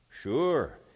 Sure